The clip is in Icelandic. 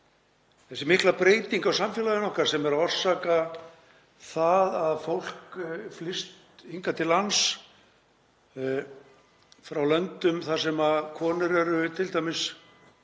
þessi mikla breyting á samfélaginu okkar sem er að orsaka það að fólk flyst hingað til lands frá löndum þar sem konur eru t.d.